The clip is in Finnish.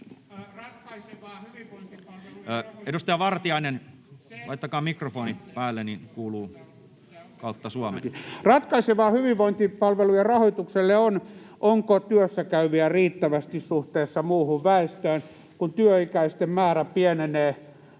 Ratkaisevaa hyvinvointipalvelujen rahoitukselle on, onko työssäkäyviä riittävästi suhteessa muuhun väestöön, kun työikäisten määrä pienenee